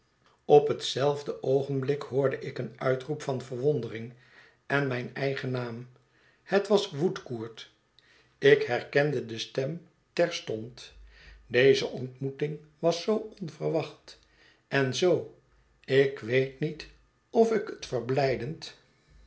op hetzelfde oogenblik hoorde ik een uitroep van verwondering en mijn eigen naam het was woodcourt ik herkende de stem terstond deze ontmoeting was zoo onverwacht en zoo ik weet niet of ik het verblijdend